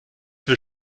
will